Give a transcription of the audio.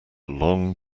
long